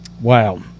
Wow